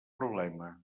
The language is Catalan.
problema